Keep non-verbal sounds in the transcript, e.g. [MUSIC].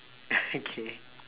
[BREATH] okay